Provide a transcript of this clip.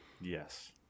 Yes